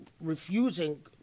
refusing